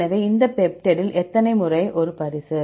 எனவே இந்த பெப்டைடில் எத்தனை முறை ஒரு பரிசு